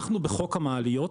אנחנו בחוק המעליות,